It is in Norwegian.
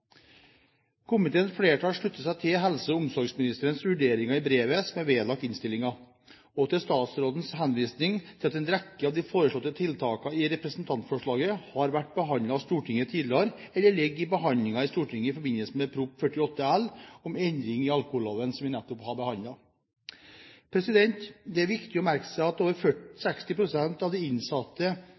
Komiteens flertall slutter seg til helse- og omsorgsministerens vurderinger i brevet som er vedlagt innstillingen, og til statsrådens henvisning til at en rekke av de foreslåtte tiltakene i representantforslaget har vært behandlet av Stortinget tidligere, eller ligger til behandling i Stortinget i forbindelse med Prop. 48 L for 2010–2011, om endring i alkoholloven, som vi nettopp har behandlet. Det er viktig å merke seg at over 60 pst. av de innsatte